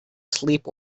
sleep